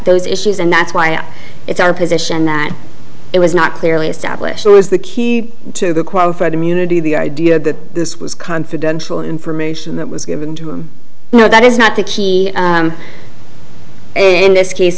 those issues and that's why it's our position that it was not clearly established it was the key to the qualified immunity the idea that this was confidential information that was given to him now that is not the key in this case